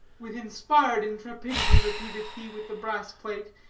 with inspired intrepidity repeated he with the brass-plate,